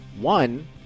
one